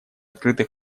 открытых